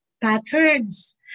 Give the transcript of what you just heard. patterns